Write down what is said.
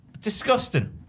Disgusting